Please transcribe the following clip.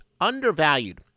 undervalued